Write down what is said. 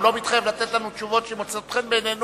הוא לא מתחייב לתת לנו תשובות שמוצאות חן בעינינו,